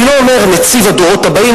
אני לא אומר "נציב הדורות הבאים",